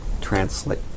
Translate